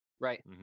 Right